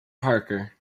parker